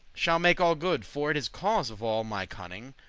shall make all good, for it is cause of all my conning,